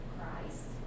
Christ